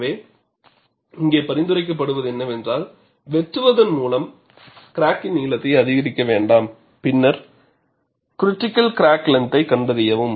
எனவே இங்கே பரிந்துரைக்கப்படுவது என்னவென்றால் வெட்டுவதன் மூலம் கிராக்கின் நீளத்தை அதிகரிக்க வேண்டாம் பின்னர் கிரிடிகல் கிராக் லெந்தை கண்டறியவும்